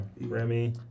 Remy